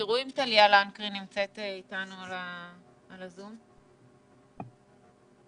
תבדקו אם טליה לנקרי נמצאת איתנו בזום, ואחר